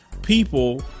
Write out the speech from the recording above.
people